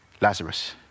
Lazarus